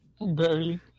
barely